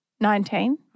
Nineteen